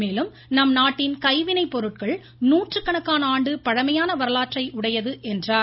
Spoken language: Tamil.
மேலும் நம்நாட்டின் கைவினை பொருட்கள் நூற்றுக்கணக்கான ஆண்டு பழமையான வரலாற்றை உடையது என்றார்